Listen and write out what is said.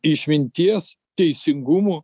išminties teisingumo